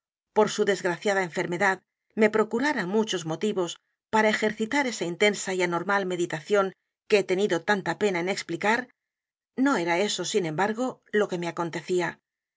por su desberenice graciada enfermedad me procurara muchos motivos para ejercitar esa intensa y anormal meditación que he tenido tanta pena en explicar no era eso sin e m bargo lo que me acontecía